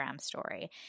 story